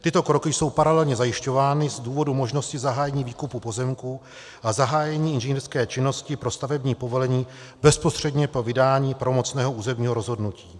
Tyto kroky jsou paralelně zajišťovány z důvodu možnosti zahájení výkupu pozemků a zahájení inženýrské činnosti pro stavební povolení bezprostředně po vydání pravomocného územního rozhodnutí.